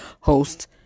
host